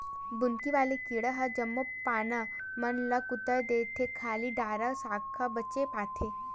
बुंदकी वाला कीरा ह जम्मो पाना मन ल कुतर देथे खाली डारा साखा बचे पाथे